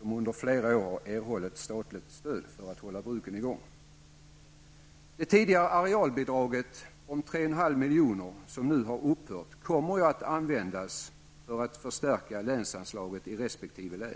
De har under flera år erhållit statligt stöd för att hålla bruken i gång. Det tidigare arealbidraget om 3,5 miljoner som nu har upphört kommer att användas för att förstärka länsanslaget i resp. län.